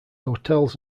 hotels